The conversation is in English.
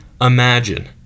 imagine